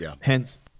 Hence